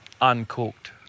uncooked